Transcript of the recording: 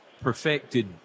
perfected